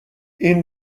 این